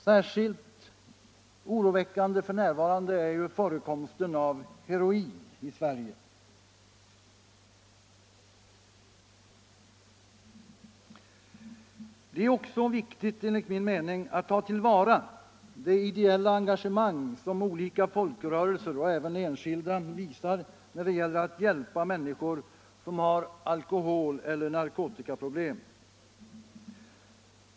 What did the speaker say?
Särskilt oroväckande f.n. är ju förekomsten av heroin i Sverige. Vidare är det enligt min mening viktigt att ta till vara det ideella engagemang som olika folkrörelser och även enskilda visar när det gäller att hjälpa människor som har alkoholeller narkotikaproblem.